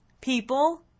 people